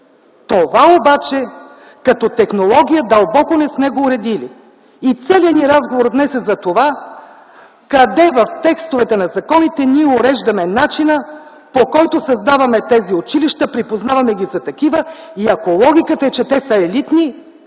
Това обаче като технология дълбоко не сме го уредили и целият ни разговор днес е за това къде в текстовете на законите уреждаме начина, по който създаваме тези училища, припознаваме ги за такива. Ако логиката е, че те са елитни,